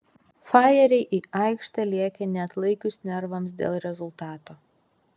fajeriai į aikštę lėkė neatlaikius nervams dėl rezultato